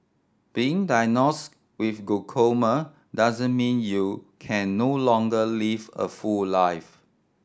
being diagnosed with glaucoma doesn't mean you can no longer live a full life